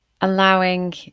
allowing